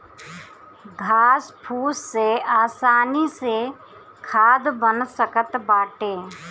घास फूस से आसानी से खाद बन सकत बाटे